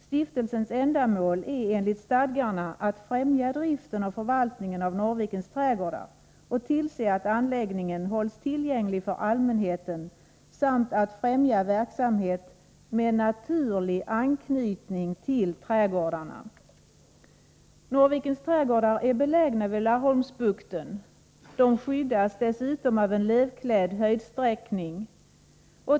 Stiftelsens ändamål är enligt stadgarna, att främja driften och förvaltningen av Norrvikens trädgårdar och att tillse att anläggningen hålls tillgänglig för allmänheten samt att främja verksamhet med naturlig anknytning till trädgårdarna. Norrvikens trädgårdar är belägna vid Laholmsbukten. De skyddas av en lövklädd höjdsträckning.